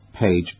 page